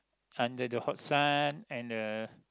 under the hot sun and the